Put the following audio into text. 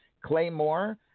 Claymore